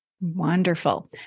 Wonderful